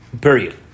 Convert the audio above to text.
Period